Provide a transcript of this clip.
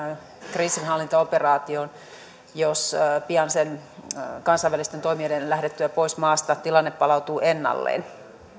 kriisinhallintaoperaatioon jos pian kansainvälisten toimijoiden lähdettyä pois maasta tilanne palautuu ennalleen